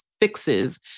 fixes